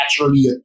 naturally